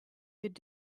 could